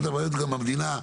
אחת הבעיות גם במדינה,